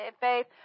faith